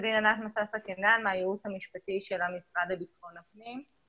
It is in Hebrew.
אני מהייעוץ המשפטי של המשרד לביטחון פנים.